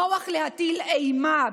נוח להטיל אימה,